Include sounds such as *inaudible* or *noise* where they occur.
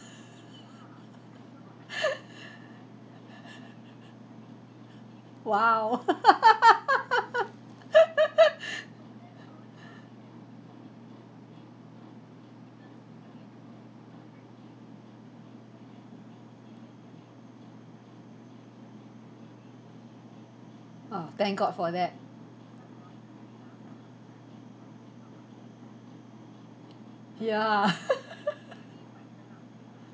*laughs* !wow! *laughs* *breath* oh thank god for that ya *laughs*